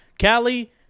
Callie